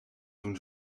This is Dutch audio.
toen